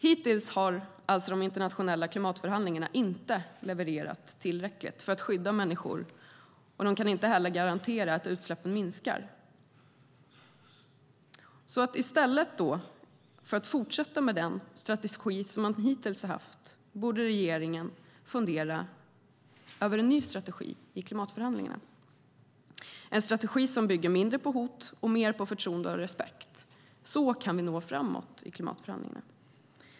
Hittills har alltså de internationella klimatförhandlingarna inte levererat tillräckligt för att skydda människor, och de kan inte heller garantera att utsläppen minskar. I stället för att fortsätta med den strategi man hittills har haft borde alltså regeringen fundera över en ny strategi i klimatförhandlingarna. Med en strategi som bygger mindre på hot och mer på förtroende och respekt kan vi nå framåt i klimatförhandlingarna.